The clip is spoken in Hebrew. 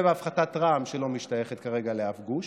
ובהפחתת רע"מ, שלא משתייכת כרגע לאף גוש,